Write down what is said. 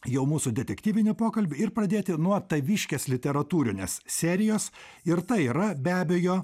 jau mūsų detektyvinį pokalbį ir pradėti nuo taviškės literatūrinės serijos ir tai yra be abejo